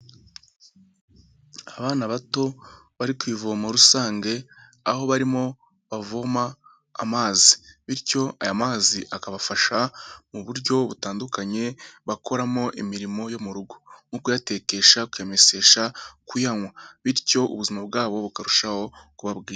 Abana bato bari ku ivomo rusange, aho barimo bavoma amazi, bityo ayo mazi akabafasha mu buryo butandukanye bakoramo imirimo yo mu rugo, nko kuyatekesha, kuyamesesha, kuyanywa, bityo ubuzima bwabo bukarushaho kuba bwiza.